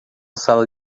sala